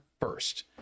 first